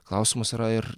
klausimas yra ir